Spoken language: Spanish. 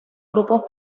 grupos